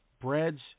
breads